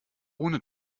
ohne